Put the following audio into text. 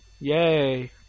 Yay